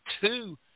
two